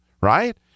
right